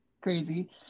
crazy